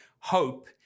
Hope